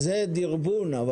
זה דרבון.